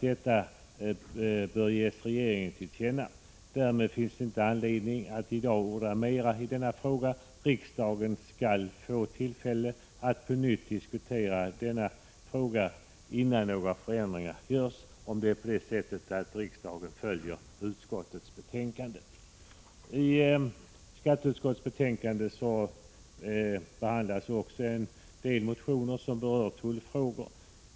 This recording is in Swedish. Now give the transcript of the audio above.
Därmed finns inte anledning att i dag orda mer om denna fråga. Riksdagen får, om den följer utskottets förslag, tillfälle att diskutera frågan på nytt innan några förändringar sker. I betänkandet behandlas också en del motioner som berör tullfrågor.